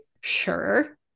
sure